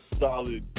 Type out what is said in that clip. solid